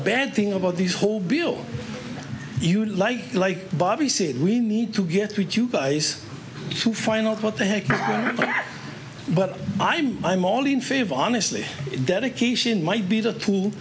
bad thing about this whole bill you like like bobby said we need to get you guys to find out what the heck but i'm i'm all in favor honestly dedication might be the tool